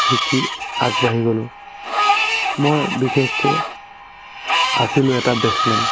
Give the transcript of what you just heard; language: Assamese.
শিকি আগবাঢ়ি গ'লো মই বিশেষকৈ আছিলো এটা বেটছমেন